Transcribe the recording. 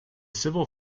civil